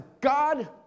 God